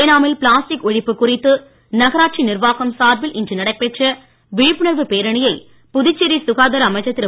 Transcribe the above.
ஏனாமில் பிளாஸ்டிக் ஒழிப்பு குறித்து நகராட்சி நிர்வாகம் சார்பில் இன்று நடைபெற்ற விழிப்புணர்வு பேரணியை புதுச்சேரி சுகாதார அமைச்சர் திரு